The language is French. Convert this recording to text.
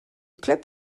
club